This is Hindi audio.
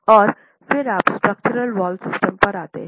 और फिर आप स्ट्रक्चरल वॉल सिस्टम पर आते हैं